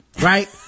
right